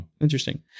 Interesting